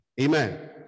amen